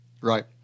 Right